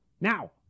now